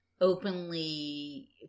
openly